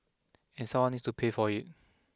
and someone needs to pay for it